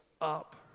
up